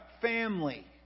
family